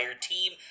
team